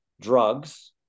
drugs